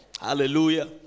Hallelujah